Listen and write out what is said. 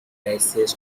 basis